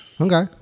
Okay